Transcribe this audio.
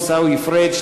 עיסאווי פריג',